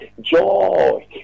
Joy